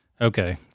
okay